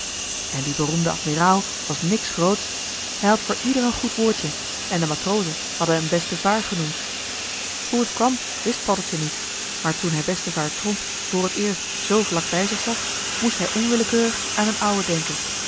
en die beroemde admiraal was niks grootsch hij had voor ieder een goed woordje en de matrozen hadden hem bestevaer genoemd hoe het kwam wist paddeltje niet maar toen hij bestevaer tromp voor het eerst zoo vlak bij zich joh h been paddeltje de scheepsjongen van michiel de ruijter zag moest hij onwillekeurig aan d'n ouwe denken